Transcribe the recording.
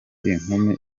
inkumi